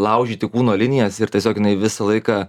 laužyti kūno linijas ir tiesiog jinai visą laiką